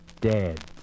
dead